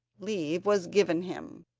leave was given him,